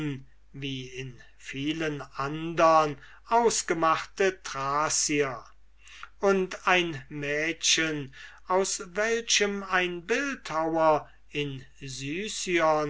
wie in vielen andern ausgemachte thracier und ein mädchen aus welchem ein bildhauer in